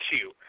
two